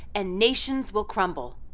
and nations will crumble.